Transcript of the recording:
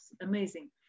amazing